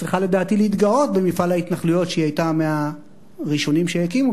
שצריכה לדעתי להתגאות במפעל ההתנחלויות שהיא היתה מהראשונים שהקימו,